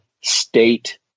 state